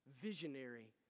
Visionary